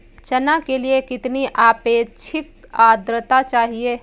चना के लिए कितनी आपेक्षिक आद्रता चाहिए?